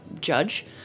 judge